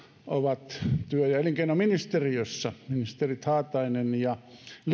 ovat työ ja elinkeinoministeriössä ministerit haatainen ja